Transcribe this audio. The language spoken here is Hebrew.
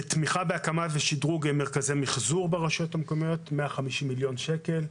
תמיכה בהקמה ושדרוג מרכזי מחזור ברשויות המקומיות 150 מיליון שקל,